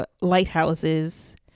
lighthouses